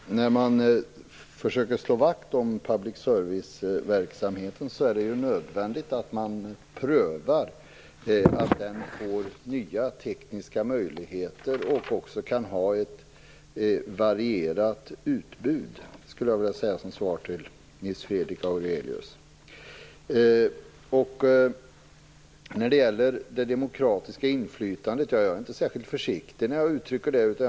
Fru talman! När man försöker slå vakt om public service-verksamheten, är det ju nödvändigt att man prövar nya tekniska möjligheter och också ser till att den kan ha ett varierat utbud. Det skulle jag vilja säga som svar till Nils Fredrik Aurelius. När det gäller det demokratiska inflytandet är jag inte särskilt försiktig när jag uttrycker mig.